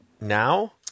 now